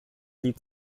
lied